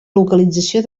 localització